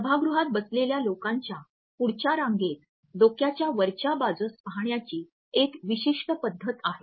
सभागृहात बसलेल्या लोकांच्या पुढच्या रांगेत डोक्याच्या वरच्या बाजूस पाहण्याची एक विशिष्ट पद्धत आहे